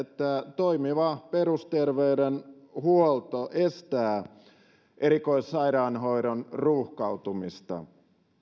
toimiva perusterveydenhuolto estää erikoissairaanhoidon ruuhkautumista